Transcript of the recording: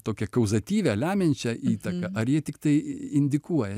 tokią kauzatyvią lemiančią įtaką ar jie tiktai indikuoja